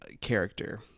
character